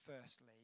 firstly